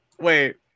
Wait